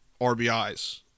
RBIs